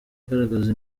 agaragaza